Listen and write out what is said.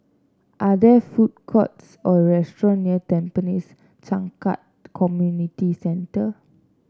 are there food courts or restaurants near Tampines Changkat Community Centre